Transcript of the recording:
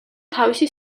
თავისი